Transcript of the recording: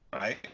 Right